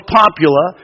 popular